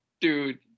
dude